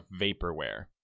vaporware